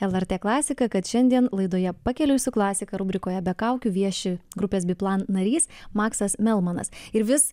lrt klasiką kad šiandien laidoje pakeliui su klasika rubrikoje be kaukių vieši grupės biplan narys maksas melmanas ir vis